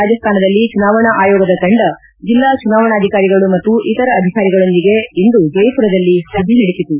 ರಾಜಸಾನದಲ್ಲಿ ಚುನಾವಣಾ ಆಯೋಗದ ತಂಡ ಜೆಲ್ಲಾ ಚುನಾವಣಾಧಿಕಾರಿಗಳು ಮತ್ತು ಇತರ ಅಧಿಕಾರಿಗಳೊಂದಿಗೆ ಇಂದು ಜೈಪುರದಲ್ಲಿ ಸಭೆ ನಡೆಸಿತು